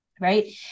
right